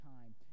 time